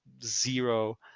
zero